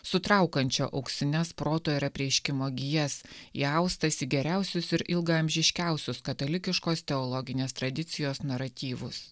sutraukančio auksines proto ir apreiškimo gijas įaustas į geriausius ir ilgaamžiškiausius katalikiškos teologinės tradicijos naratyvus